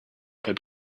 had